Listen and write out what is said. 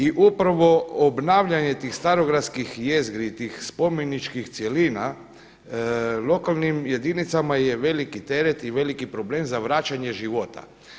I upravo obnavljanje tih starogradskih jezgri tih spomeničkih cjelina lokalnim jedinicama je veliki teret i veliki problem za vraćanje života.